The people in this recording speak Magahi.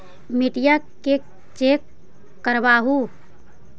मिट्टीया के चेक करबाबहू?